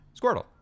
Squirtle